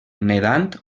nedant